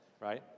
Right